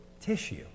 tissue